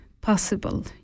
possible